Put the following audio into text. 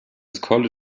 college